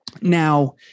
Now